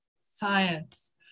science